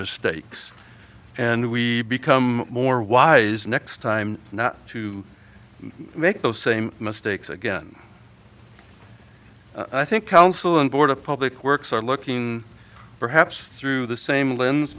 mistakes and we become more wise next time not to make those same mistakes again i think council and board of public works are looking perhaps through the same l